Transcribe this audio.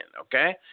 okay